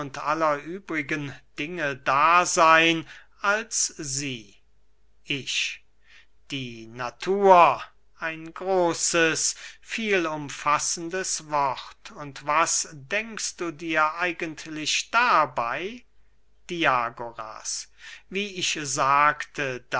übrigen dinge daseyn als sie ich die natur ein großes viel umfassendes wort und was denkst du dir eigentlich dabey diagoras wie ich sagte